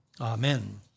Amen